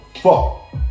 fuck